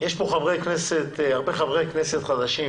יש כאן הרבה חברי כנסת חדשים